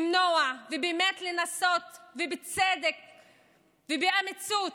באמת לנסות, בצדק ובאומץ,